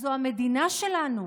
זאת המדינה שלנו,